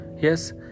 Yes